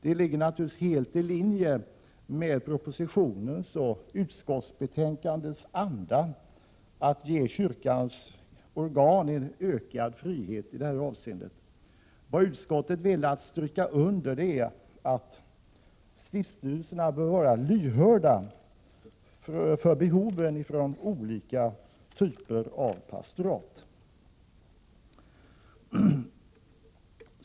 Det ligger helt i linje med propositionens och utskottsbetänkandets anda att kyrkans organ får en ökad frihet i detta avseende. Vad utskottet velat stryka under är att stiftsstyrelserna bör vara lyhörda för behoven inom olika typer av pastorat.